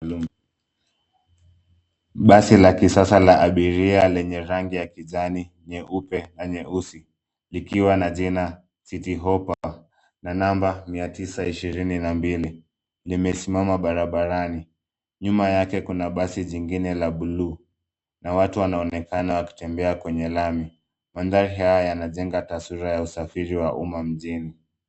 Basi la kisasa la abiria lenye rangi ya kijani, nyeupe na nyeusi likiwa na jina Citti Hoppa na namba mia tisa ishirini na mbili limesimama barabarani. Nyuma yake kuna basi jingine la bluu na watu wanaonekana wakitembea kwenye lami. mandhari haya yanajenga taswira ya usafiri wa umma mjini.